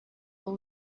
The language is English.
all